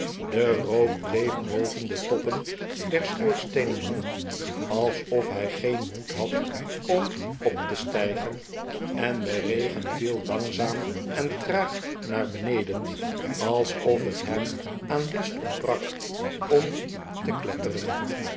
de rook bleef boven de toppen der sehoorsteenen hangen alsof hij geen moed had om op te stijgen en de regen viel langzaam en traag naar beneden alsof het hem aan lust ontbrak om te kletteren